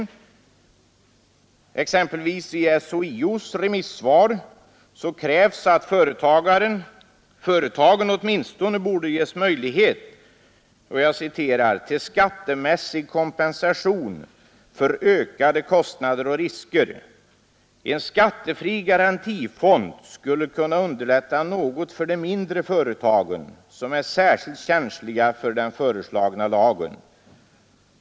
I t.ex. SHIO :s remissvar krävs att företagen åtminstone borde ges ”möjlighet till skattemässig kompensation för ökade kostnader och risker. En skattefri garantifond skulle kunna underlätta något för de mindre företagen som är särskilt känsliga för den föreslagna lagen”.